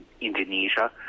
Indonesia